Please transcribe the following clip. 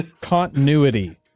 continuity